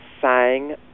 sang